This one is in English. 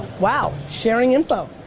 wow, sharing info.